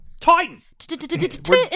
Titan